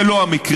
זה לא המקרה.